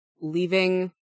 leaving